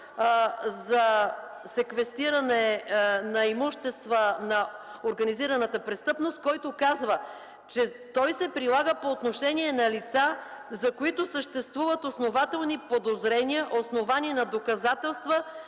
за секвестиране на имущества на организираната престъпност, който казва, че се прилага по отношение на лица, за които съществуват основателни подозрения, основани на доказателства